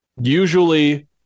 usually